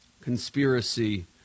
conspiracy